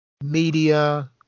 media